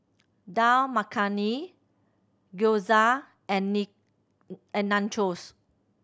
Dal Makhani Gyoza and and Nachos